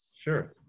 sure